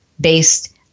based